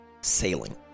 sailing